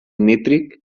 nítric